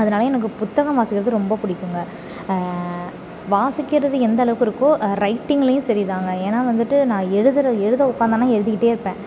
அதனாலே எனக்கு புத்தகம் வாசிக்கிறது ரொம்ப பிடிக்குங்க வாசிக்கிறது எந்த அளவுக்கு இருக்கோ ரைட்டிங்லையும் சரிதாங்க ஏனால் வந்துட்டு நான் எழுதுற எழுத உக்கார்ந்தன்னா எழுதிகிட்டே இருப்பேன்